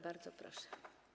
Bardzo proszę.